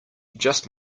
just